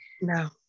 No